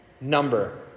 number